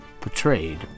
Portrayed